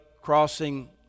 crossing